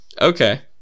okay